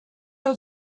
are